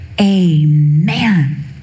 Amen